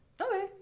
Okay